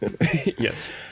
Yes